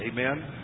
Amen